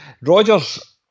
Rogers